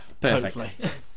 perfect